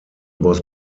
was